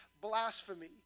blasphemy